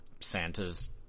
Santa's